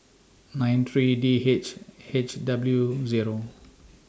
nine three D H H W Zero